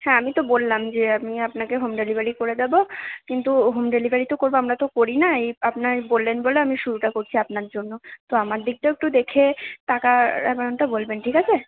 হ্যাঁ আমি তো বললাম যে আমি আপনাকে হোম ডেলিভারি করে দেবো কিন্তু হোম ডেলিভারি তো করব আমরা তো করি না এই আপনার বললেন বলে আমি শুরুটা করছি আপনার জন্য তো আমার দিকটাও একটু দেখে টাকার অ্যামাউন্টটা বলবেন ঠিক আছে